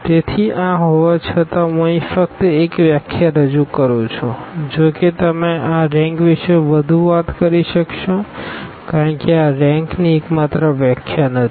તેથી આ હોવા છતાં હું અહીં ફક્ત એક વ્યાખ્યા રજૂ કરું છું જોકે તમે આ રેંક વિશે વધુ વાત કરી શકશો કારણ કે આ રેંકની એકમાત્ર વ્યાખ્યા નથી